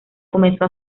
comenzó